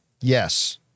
Yes